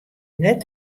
net